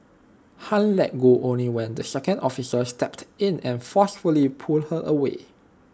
ham let go only when the second officer stepped in and forcefully pulled her away